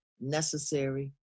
necessary